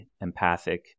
empathic